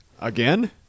Again